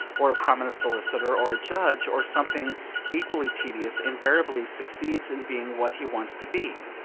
or a prominent solicitor, or a judge, or something equally tedious, invariably succeeds in being what he wants to be.